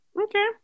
Okay